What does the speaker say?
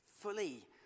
fully